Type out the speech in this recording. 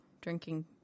drinking